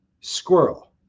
squirrel